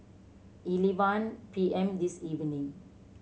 eleven P M this evening